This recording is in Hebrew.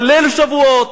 בליל שבועות,